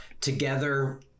Together